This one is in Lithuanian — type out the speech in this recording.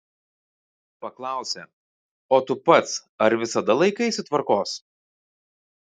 paklausę o tu pats ar visada laikaisi tvarkos